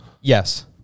Yes